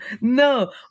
no